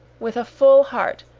with a full heart,